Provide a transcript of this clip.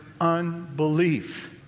unbelief